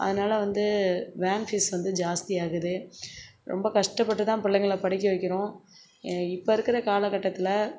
அதனால வந்து van fees வந்து ஜாஸ்தியாகுது ரொம்ப கஷ்டப்பட்டு தான் பிள்ளைங்கள படிக்க வைக்கிறோம் இப்போ இருக்கிற காலகட்டத்தில்